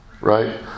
right